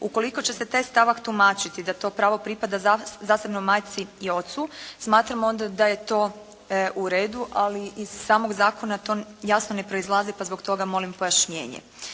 Ukoliko će se taj stavak tumačiti da to pravo pripada zasebno majci i ocu smatramo onda da je to u redu, ali iz samog zakona to jasno ne proizlazi pa zbog toga molim pojašnjenje.